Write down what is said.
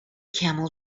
camel